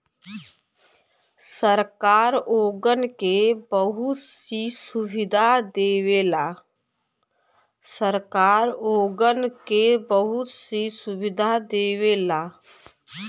सरकार ओगन के बहुत सी सुविधा देवला